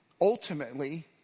ultimately